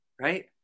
Right